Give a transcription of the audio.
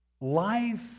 life